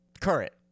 current